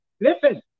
Listen